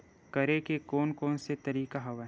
करे के कोन कोन से तरीका हवय?